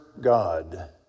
God